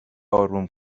آروم